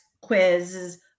quizzes